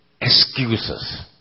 excuses